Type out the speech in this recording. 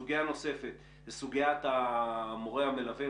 סוגיה נוספת זו סוגיית המורה המלווה,